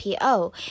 po